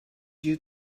you